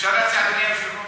אפשר להציע, אדוני היושב-ראש?